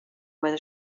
where